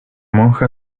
monja